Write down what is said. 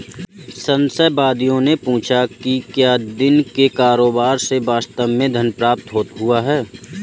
संशयवादियों ने पूछा कि क्या दिन के कारोबार से वास्तव में धन प्राप्त हुआ है